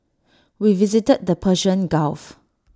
we visited the Persian gulf